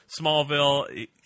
Smallville